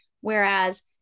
Whereas